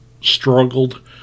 struggled